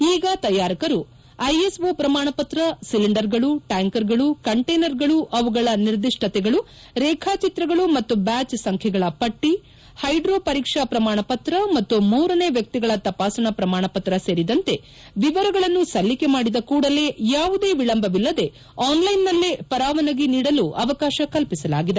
ಈಗ ತಯಾರಕರು ಐಎಸ್ಒ ಪ್ರಮಾಣಪತ್ರ ಸಿಲಿಂಡರ್ಗಳು ಟ್ನಾಂಕರುಗಳು ಕಂಟೇನರ್ಗಳು ಅವುಗಳ ನಿರ್ದಿಷ್ಲತೆಗಳು ರೇಖಾಚಿತ್ರಗಳು ಮತ್ತು ಬ್ಯಾಚ್ ಸಂಖ್ಯೆಗಳ ಪಟ್ಷಿ ಹೈಡ್ರೋ ಪರೀಕ್ಷಾ ಪ್ರಮಾಣ ಪತ್ರ ಮತ್ತು ಮೂರನೇ ವ್ಯಕ್ತಿಗಳ ತಪಾಸಣಾ ಪ್ರಮಾಣಪತ್ರ ಸೇರಿದಂತೆ ವಿವರಗಳನ್ನು ಸಲ್ಲಿಕೆ ಮಾಡಿದ ಕೂಡಲೇ ಯಾವುದೇ ವಿಳಂಬವಿಲ್ಲದೆ ಆನ್ಲೈನ್ನಲ್ಲೇ ಪರವಾನಗಿ ನೀಡಲು ಅವಕಾಶ ಕಲ್ಲಿಸಲಾಗಿದೆ